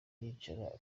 yicara